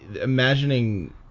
imagining